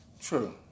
true